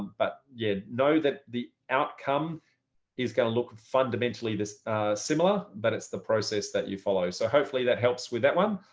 but you know that the outcome is going to look fundamentally similar, but it's the process that you follow. so hopefully that helps with that one.